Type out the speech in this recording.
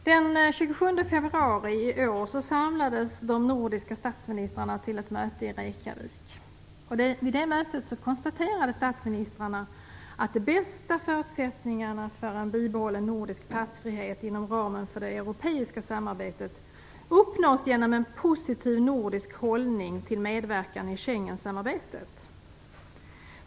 Herr talman! Den 27 februari i år samlades de nordiska statsministrarna till ett möte i Reykjavik. Vid mötet konstaterade statsministrarna att de bästa förutsättningarna för en bibehållen nordisk passfrihet inom ramen för det europeiska samarbetet uppnås genom en positiv nordisk hållning till medverkan i Schengensamarbetet.